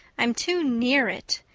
i'm too near it.